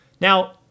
Now